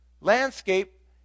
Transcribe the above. landscape